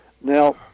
Now